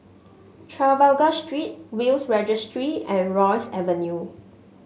Trafalgar Street Will's Registry and Rosyth Avenue